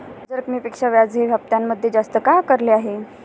कर्ज रकमेपेक्षा व्याज हे हप्त्यामध्ये जास्त का आकारले आहे?